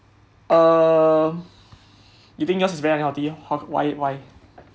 err you think yours is very unhealthy uh why why